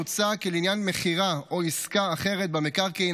מוצע כי לעניין מכירה או עסקה אחרת במקרקעין